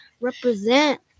Represent